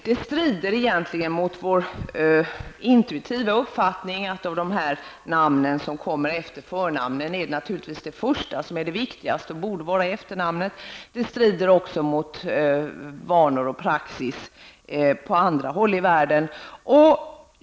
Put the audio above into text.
Det strider egentligen mot vår intuitiva uppfattning, att av de namn som kommer efter förnamnet är det naturligtvis det första som är det viktigaste och som borde vara efternamnet. Det strider också mot vanor och praxis på andra håll i världen.